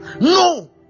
No